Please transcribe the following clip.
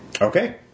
Okay